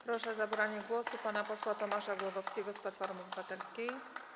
Proszę o zabranie głosu pana posła Tomasza Głogowskiego z Platformy Obywatelskiej.